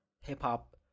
hip-hop